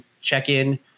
check-in